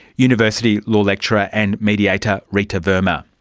university law lecturer and mediator rita verma.